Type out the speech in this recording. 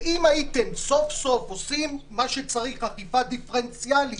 אם הייתם עושים מה שצריך, אכיפה דיפרנציאלית